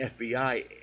fbi